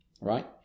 right